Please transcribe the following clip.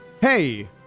hey